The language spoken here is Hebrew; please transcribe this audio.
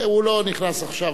הוא לא נכנס עכשיו,